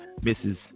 Mrs